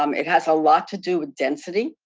um it has a lot to do with density.